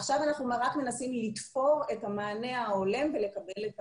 עכשיו אנחנו רק מנסים לתפור את המענה ההולם ולקבל את